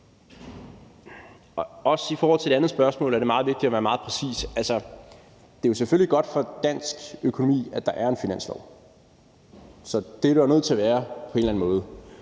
Også i forhold til det andet spørgsmål er det meget vigtigt at være meget præcis. Altså, det er jo selvfølgelig godt for dansk økonomi, at der er en finanslov. Så det er der jo nødt til at være på en eller anden måde.